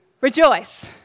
Rejoice